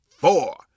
Four